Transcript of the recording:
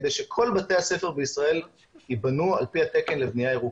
כדי שכל בתי הספר בישראל ייבנו על פי התקן לבנייה ירוקה.